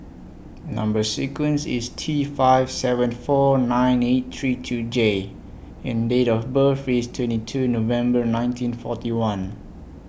Number sequence IS T five seven four nine eight three two J and Date of birth IS twenty two November nineteen forty one